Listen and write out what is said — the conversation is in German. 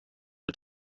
mit